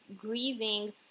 grieving